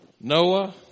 Noah